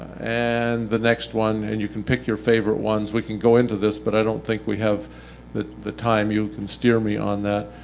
and the next one, and you can pick your favorite ones. we can go into this, but i don't think we have the time. you can steer me on that.